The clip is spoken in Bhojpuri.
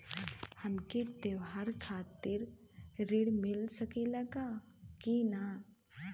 हमके त्योहार खातिर त्रण मिल सकला कि ना?